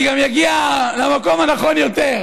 אני גם אגיע למקום הנכון יותר.